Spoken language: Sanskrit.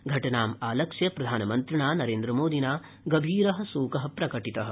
घटनाम् आलक्ष्य प्रधानमन्त्रिणा नरेन्द्रमोदिना गभीरशोकः प्रकटितः